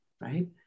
right